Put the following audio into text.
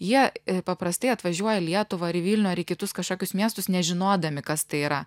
jie paprastai atvažiuoja į lietuvą ar į vilnių ar į kitus kažkokius miestus nežinodami kas tai yra